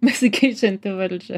besikeičianti valdžia